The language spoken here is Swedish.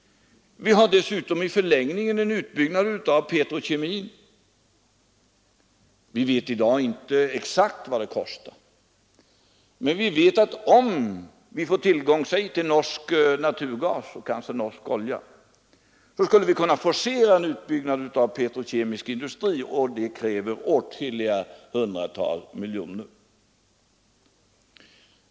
Vi har dessutom i förlängningen en utbyggnad av den petrokemiska industrin. I dag vet vi inte exakt vad det kostar, men vi vet att om vi får tillgång till låt oss säga norsk naturgas, kanske norsk olja, skulle vi kunna forcera en utbyggnad av petrokemisk industri, vilket kräver åtskilliga hundratal miljoner.